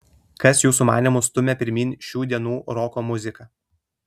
kas jūsų manymu stumia pirmyn šių dienų roko muziką